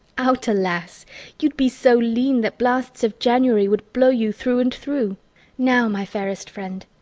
out, alas! you'd be so lean that blasts of january would blow you through and through now, my fairest friend,